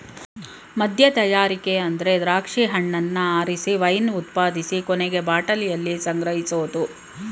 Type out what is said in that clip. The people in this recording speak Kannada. ಮದ್ಯತಯಾರಿಕೆ ಅಂದ್ರೆ ದ್ರಾಕ್ಷಿ ಹಣ್ಣನ್ನ ಆರಿಸಿ ವೈನ್ ಉತ್ಪಾದಿಸಿ ಕೊನೆಗೆ ಬಾಟಲಿಯಲ್ಲಿ ಸಂಗ್ರಹಿಸೋದು